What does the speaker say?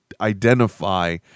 identify